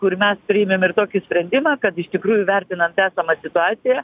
kur mes priimam ir tokį sprendimą kad iš tikrųjų vertinant esamą situaciją